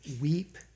weep